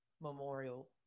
memorial